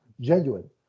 genuine